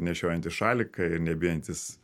nešiojantys šaliką ir nebijantys